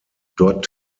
dort